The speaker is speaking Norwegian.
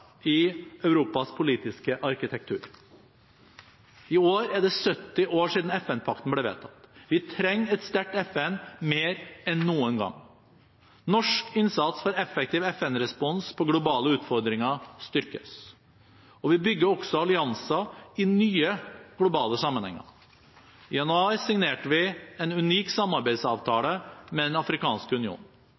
i Europas politiske arkitektur. I år er det 70 år siden FN-pakten ble vedtatt. Vi trenger et sterkt FN mer enn noen gang. Norsk innsats for effektiv FN-respons på globale utfordringer styrkes. Vi bygger også allianser i nye globale sammenhenger. I januar signerte vi en unik samarbeidsavtale med Den afrikanske union.